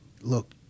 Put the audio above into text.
look